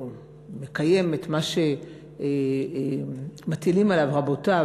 או מקיים את מה שמטילים עליו רבותיו,